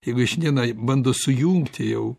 jeigu jie šiandienai bando sujungti jau